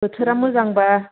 बोथोरा मोजांब्ला